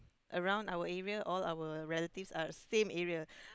around our area all our relative are same area